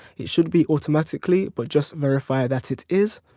it should be automatically but just verify that it is.